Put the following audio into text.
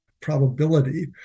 probability